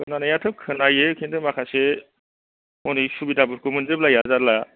खोनानाय आथ' खोनायो खिन्थु माखासे हनै सुबिदाफोरखौ मोनजोब लाया जारला